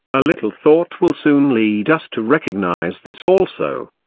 a little thought will soon lead us to recognise this also.